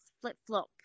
flip-flop